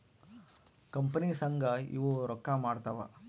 company ಸಂಘ ಇವು ರೊಕ್ಕ ಮಾಡ್ತಾವ